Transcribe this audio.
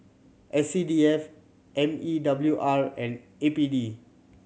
S C D F M E W R and A P D